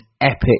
epic